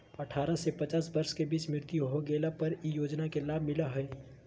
अठारह से पचास वर्ष के बीच मृत्यु हो गेला पर इ योजना के लाभ मिला हइ